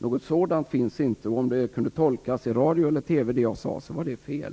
Något sådant tvång finns inte, och om det jag sade i radio eller TV kunde tolkas på det sättet så var det fel.